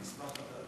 אני אשמח לדעת.